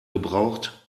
gebraucht